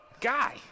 guy